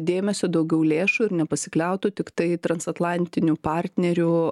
dėmesio daugiau lėšų ir nepasikliautų tiktai transatlantinių partnerių